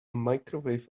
microwave